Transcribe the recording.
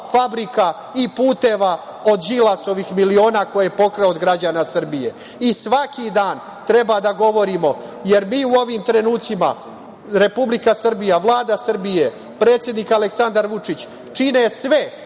fabrika i puteva od Đilasovih miliona koje je pokrao od građana Srbije. Svaki dan treba da govorimo, jer mi u ovim trenucima, Republika Srbija, Vlada Srbije, predsednik Aleksandar Vučić čine sve